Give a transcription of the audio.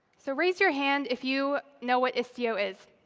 so raise your hand if you know what istio is.